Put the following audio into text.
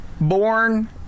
born